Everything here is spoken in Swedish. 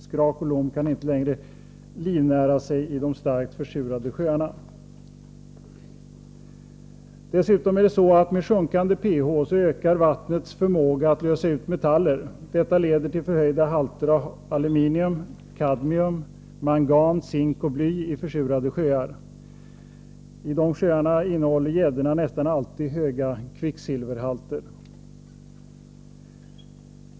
Skrak och lom kan inte längre livnära sig i de starkt försurade sjöarna. Med sjunkande pH-värden ökar vattnets förmåga att lösa ut metaller. Detta leder till förhöjda halter av aluminium, kadmium, mangan, zink och bly i försurade sjöar. I dessa sjöar har gäddorna nästan alltid höga kvicksilverhalter.